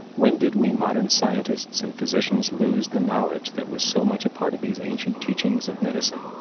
when did we modern scientists and physicians lose the knowledge that was so much a part of these ancient teachings of medicine?